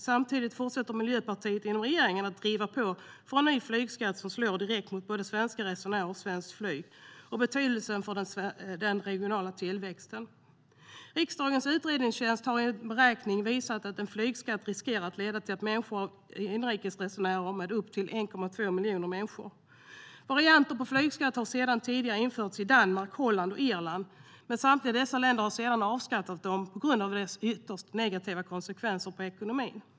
Samtidigt fortsätter Miljöpartiet inom regeringen att driva på för en ny flygskatt som slår direkt mot både svenska resenärer och svenskt flyg och har betydelse för den regionala tillväxten. Riksdagens utredningstjänst har i en beräkning visat att en flygskatt riskerar att leda till en minskning av antalet inrikes resenärer med upp till 1,2 miljoner människor. Varianter på flygskatt har tidigare införts i Danmark, Holland och Irland, men samtliga dessa länder har sedan avskaffat den på grund av dess ytterst negativa konsekvenser för ekonomin.